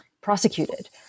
prosecuted